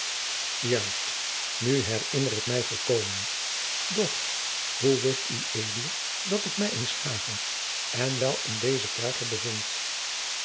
juist nu herinner ik mij volkomen doch hoe wist ued dat ik mij in s hage en wel in dezen kerker bevond